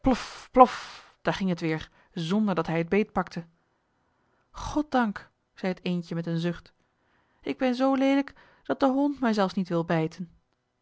plof plof ging het weer zonder dat hij het beetpakte goddank zei het eendje met een zucht ik ben zoo leelijk dat de hond mij zelfs niet wil bijten